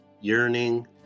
yearning